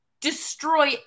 Destroy